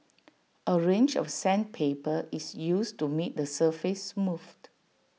A range of sandpaper is used to make the surface smooth